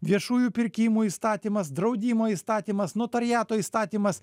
viešųjų pirkimų įstatymas draudimo įstatymas notariato įstatymas